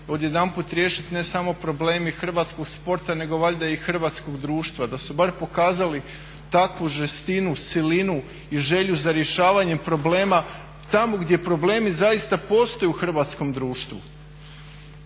odjedanput riješiti ne samo problemi hrvatskog sporta nego valjda i hrvatskog društva. Da su bar pokazali takvu žestinu, silinu i želju za rješavanjem problema tamo gdje problemi zaista postoje u hrvatskom društvu.